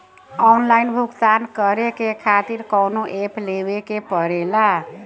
Online भुगतान करके के खातिर कौनो ऐप लेवेके पड़ेला?